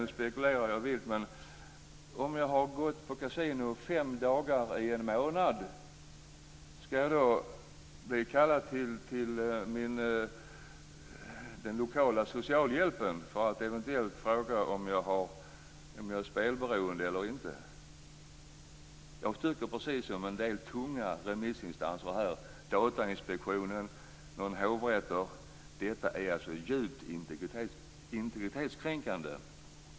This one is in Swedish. Nu spekulerar jag vilt, men det kanske är tänkt att jag skall bli kallad till den lokala socialhjälpen om jag har gått på kasino fem dagar i en månad, så att de där kan fråga om jag är spelberoende eller inte. Jag tycker, precis som en del tunga remissinstanser - Datainspektionen och några hovrätter - att det är djupt integritetskränkande.